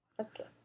Okay